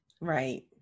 Right